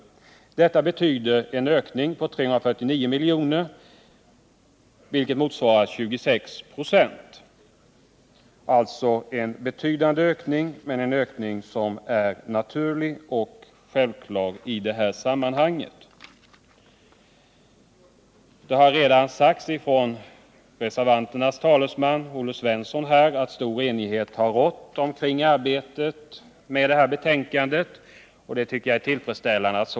Detta innebär en ökning med 349 milj.kr., vilket motsvarar 26 96; dvs. en betydande ökning, men i detta sammanhang en naturlig och självklar ökning. Det har redan uttalats av reservanternas talesman, Olle Svensson, att stor enighet rått kring arbetet med detta betänkande, och jag finner det tillfredsställande.